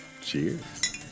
Cheers